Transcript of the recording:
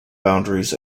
boundaries